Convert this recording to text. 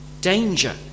danger